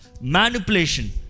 manipulation